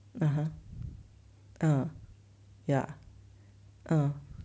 (uh huh) ah ya err